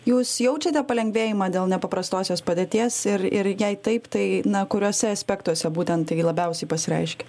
jūs jaučiate palengvėjimą dėl nepaprastosios padėties ir ir jei taip tai na kuriuose aspektuose būtent tai labiausiai pasireiškia